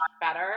better